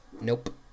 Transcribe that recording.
Nope